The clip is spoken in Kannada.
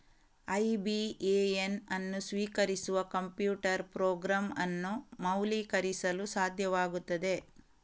ಐ.ಬಿ.ಎ.ಎನ್ ಅನ್ನು ಸ್ವೀಕರಿಸುವ ಕಂಪ್ಯೂಟರ್ ಪ್ರೋಗ್ರಾಂ ಅನ್ನು ಮೌಲ್ಯೀಕರಿಸಲು ಸಾಧ್ಯವಾಗುತ್ತದೆ